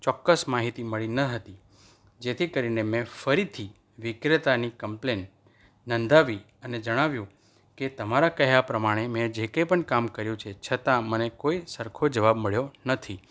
ચોક્કસ માહિતી મળી ન હતી જેથી કરીને મેં ફરીથી વિક્રેતાની કમ્પ્લેન નોંધાવી અને જણાવ્યું કે તમારા કહ્યા પ્રમાણે મેં જે કંઈ પણ કામ કર્યું છે છતાં મને કોઈ સરખો જવાબ મળ્યો નથી